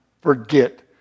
forget